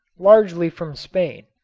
largely from spain,